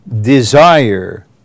desire